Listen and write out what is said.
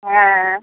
आयब